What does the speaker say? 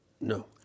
No